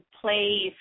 play